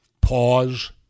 Pause